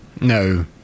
No